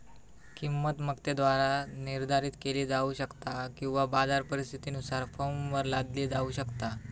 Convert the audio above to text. किंमत मक्तेदाराद्वारा निर्धारित केली जाऊ शकता किंवा बाजार परिस्थितीनुसार फर्मवर लादली जाऊ शकता